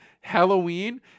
halloween